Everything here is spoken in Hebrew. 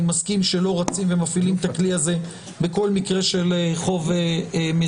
אני מסכים שלא רצים ומפעילים את הכלי הזה בכל מקרה של חוב מזונות,